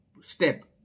step